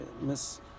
Miss